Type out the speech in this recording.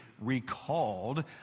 recalled